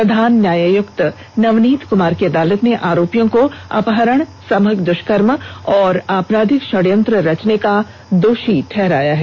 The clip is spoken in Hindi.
प्रधान न्यायायुक्त नवनीत कमार की अदालत ने आरोपियों को अपहरण सामूहिक दुष्कर्म और आपराधिक षडयंत्र रचने का दोषो ठहराया है